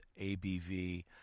ABV